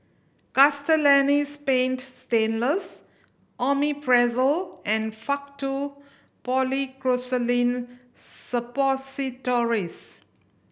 Castellani's Paint Stainless Omeprazole and Faktu Policresulen Suppositories